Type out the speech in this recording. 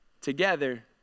together